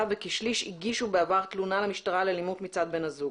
וכשליש הגישו בעבר תלונה למשטרה על אלימות מצד בן הזוג.